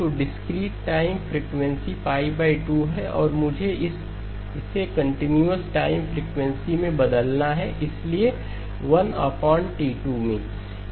तो discrete time frequency 2 है और मुझे इसे कंटीन्यूअस टाइम फ्रीक्वेंसी में बदलना है इसलिए 1T2 में